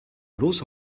los